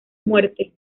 muerte